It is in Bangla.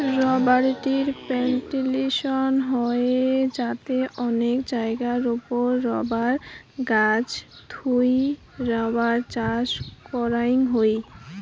রবার ট্রির প্লানটেশন হসে যাতে অনেক জায়গার ওপরে রাবার গাছ থুই রাবার চাষ করাং হই